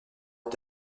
est